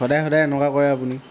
সদায় সদায় এনেকুৱা কৰে আপুনি